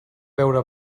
veure